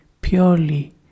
purely